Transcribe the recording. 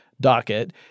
docket